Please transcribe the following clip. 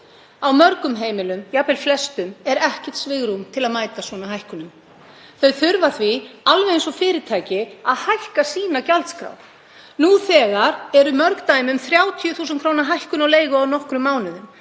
Á mörgum heimilum, jafnvel flestum, er ekkert svigrúm til að mæta svona hækkunum. Þau þurfa því, alveg eins og fyrirtæki, að hækka sína gjaldskrá. Nú þegar eru mörg dæmi um 30.000 kr. hækkun á leigu á nokkrum mánuðum.